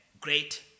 great